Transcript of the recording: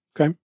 Okay